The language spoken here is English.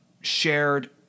shared